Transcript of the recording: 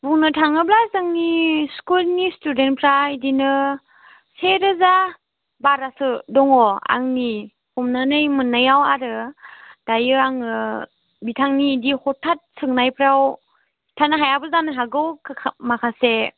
बुंनो थाङोब्ला जोंनि स्कुलनि स्टुदेन्टफ्रा बिदिनो से रोजा बारासो दङ आंनि हमनानै मोननायाव आरो दायो आङो बिथांनि बिदि हथाथ सोंनायफ्राव खिथानो हायाबो जानो हागौ माखासे